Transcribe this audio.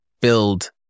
build